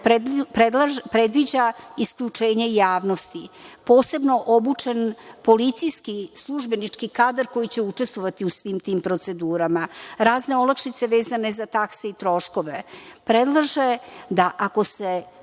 predviđa isključenje javnosti, posebno obučen policijski, službenički kadar koji će učestovati u svim tim procedurama, razne olakšice vezane za takse i troškove, predlaže da ako se